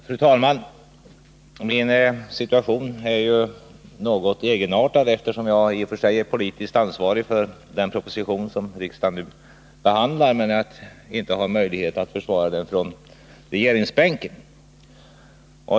Fru talman! Min situation är något egenartad, eftersom jag är politiskt ansvarig för den proposition som riksdagen nu behandlar men inte har möjlighet att försvara den från regeringsbänken.